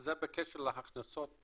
זה בקשר להכנסות